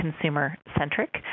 consumer-centric